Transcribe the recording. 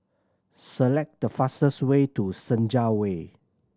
select the fastest way to Senja Way